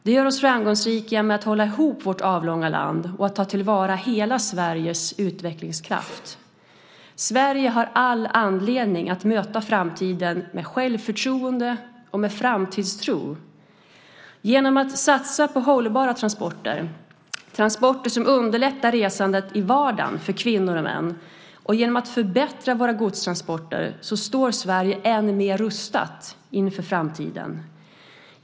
Det gör oss framgångsrika när det gäller att hålla ihop vårt avlånga land och att ta till vara hela Sveriges utvecklingskraft. Sverige har all anledning att möta framtiden med självförtroende och framtidstro. Genom att satsa på hållbara transporter, transporter som underlättar resandet i vardagen för kvinnor och män och genom att förbättra våra godstransporter står Sverige än mer rustat inför framtiden.